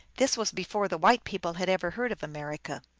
this was before the white people had ever heard of america.